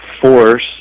force